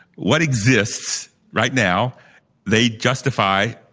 what exists right now they justify,